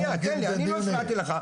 שנייה, תן לי, אני לא הפרעתי לך.